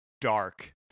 dark